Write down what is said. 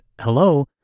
hello